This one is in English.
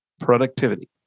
productivity